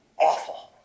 Awful